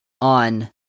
on